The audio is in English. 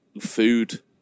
food